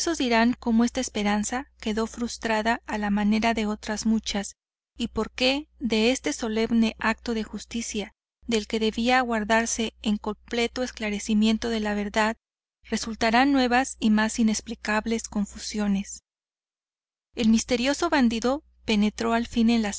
dirán cómo esta esperanza queda frustrada a la manera de otras muchas y por qué de este solemne acto de justicia del que debía aguardarse el completo esclarecimiento de la verdad resultaron nuevas y más inexplicables confusiones el misterioso bandido penetró al fin en la